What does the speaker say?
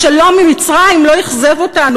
השלום עם מצרים לא אכזב אותנו,